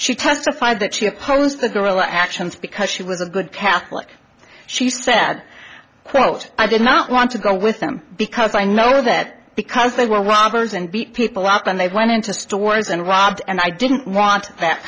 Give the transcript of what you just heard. she testified that she opposed the girl actions because she was a good catholic she said quote i did not want to go with them because i know that because they were whoppers and beat people up and they went into stores and robbed and i didn't want that